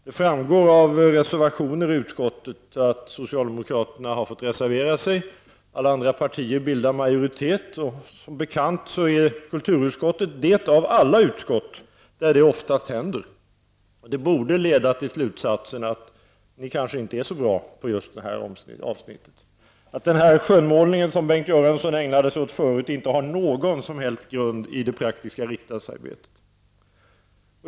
Det framgår av reservationer till utskottets betänkande att socialdemokraterna har fått lov att reservera sig. Alla andra partier bildar majoritet, och som bekant är kulturutskottet det av alla utskott där detta oftast händer. Det borde leda till slutsatsen att socialdemokraterna kanske inte är så bra på just det här avsnittet, att den skönmålning som Bengt Göransson förut ägnade sig åt inte har någon som helst grund i det praktiska riksdagsarbetet.